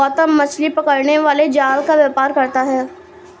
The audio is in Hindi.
गौतम मछली पकड़ने वाले जाल का व्यापार करता है